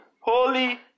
Holy